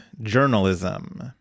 journalism